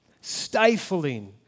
stifling